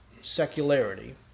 secularity